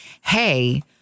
hey